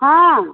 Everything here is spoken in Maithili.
हँ